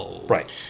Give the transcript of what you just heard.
Right